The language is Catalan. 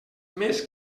més